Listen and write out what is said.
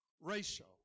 ratio